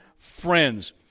friends